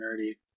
nerdy